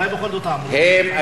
אולי בכל זאת הם אמרו.